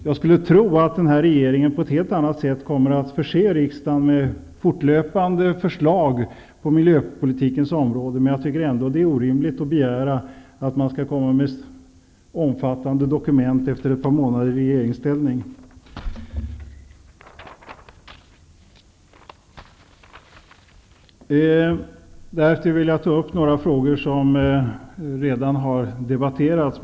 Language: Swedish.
Jag skulle tro att denna regering på ett helt annat sätt kommer att förse riksdagen med fortlöpande förslag på miljöpolitikens område. Men jag tycker ändå att det är orimligt att begära att den skall komma med omfattande dokument efter ett par månader i regeringsställning. Sedan vill jag ta upp några frågor som i och för sig redan har debatterats.